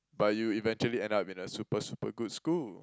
but you eventually end up in a super super good school